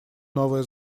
новое